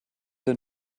denn